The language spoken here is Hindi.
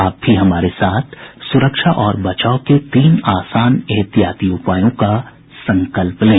आप भी हमारे साथ सुरक्षा और बचाव के तीन आसान एहतियाती उपायों का संकल्प लें